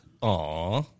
Aw